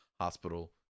hospital